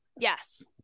Yes